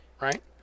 right